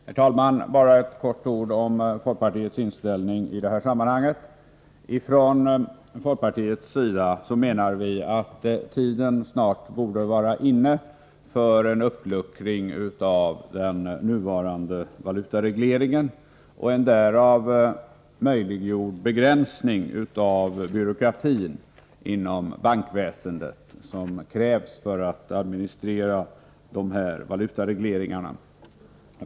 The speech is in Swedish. Herr talman! Låt mig helt kort säga några ord om folkpartiets inställning i det här sammanhanget. Från folkpartiets sida menar vi att tiden snart borde vara inne för en uppluckring av den nuvarande valutaregleringen och en därav möjliggjord begränsning av den byråkrati inom bankväsendet som krävs för att administrera valutaregleringen.